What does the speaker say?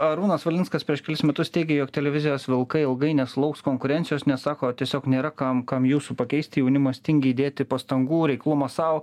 arūnas valinskas prieš kelis metus teigė jog televizijos vilkai ilgai nesulauks konkurencijos nes sako tiesiog nėra kam kam jūsų pakeisti jaunimas tingi įdėti pastangų reiklumo sau